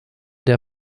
der